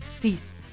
Peace